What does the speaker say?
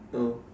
so